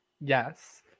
Yes